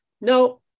no